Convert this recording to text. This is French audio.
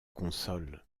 console